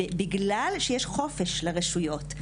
בגלל שיש חופש לרשויות,